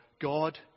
God